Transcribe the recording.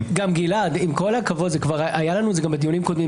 גלעד, עם כל הכבוד, כבר היה לנו בדיונים קודמים.